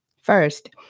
First